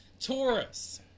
Taurus